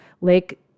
Lake